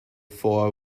for